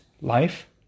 life